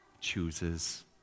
chooses